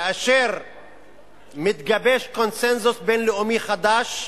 כאשר מתגבש קונסנזוס בין-לאומי חדש,